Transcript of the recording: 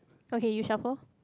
okay you shuffle